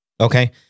Okay